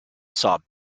saw